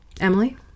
Emily